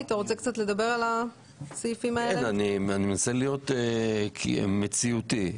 אני מנסה להיות מציאותי.